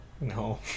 No